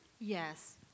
Yes